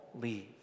leave